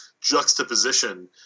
juxtaposition